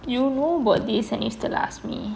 you know about this and you still ask me